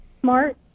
Smart